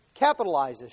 capitalizes